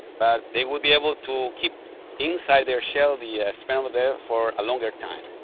but they would be able to keep inside their shell the ah sperm there for a longer time.